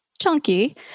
chunky